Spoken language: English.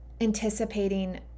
anticipating